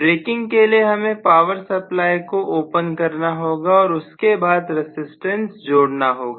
breaking के लिए हमें पावर सप्लाई को ओपन करना होगा और उसके बाद रजिस्टेंस जोड़ना होगा